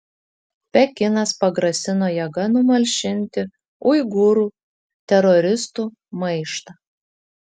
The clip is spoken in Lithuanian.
pekinas pagrasino jėga numalšinti uigūrų teroristų maištą